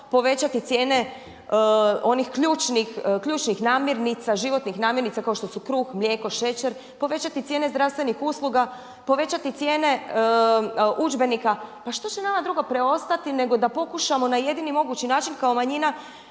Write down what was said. povećati cijene onih ključnih namirnica, životnih namirnica kao što su kruh, mlijeko, šećer, povećati cijene zdravstvenih usluga, povećati cijene udžbenika. Pa što će nama drugo preostati nego da pokušamo na jedini mogući način kao manjina